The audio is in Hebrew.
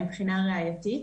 מבחינה ראייתית.